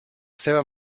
seva